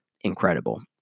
Incredible